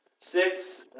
Six